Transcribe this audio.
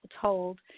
told